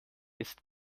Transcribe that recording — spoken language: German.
ist